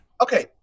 Okay